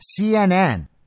CNN